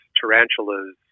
tarantulas